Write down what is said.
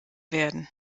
werden